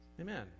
Amen